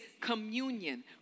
communion